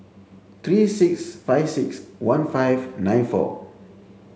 three six five six one five nine four